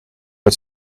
het